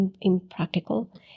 impractical